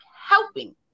helping